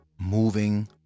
moving